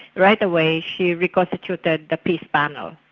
right away she reconstituted the pace panel.